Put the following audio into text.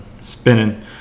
spinning